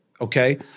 okay